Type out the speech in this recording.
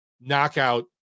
knockout